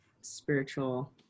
spiritual